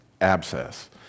abscess